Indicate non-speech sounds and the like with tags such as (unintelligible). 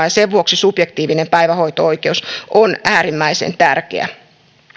(unintelligible) ja sen vuoksi subjektiivinen päivähoito oikeus on äärimmäisen tärkeä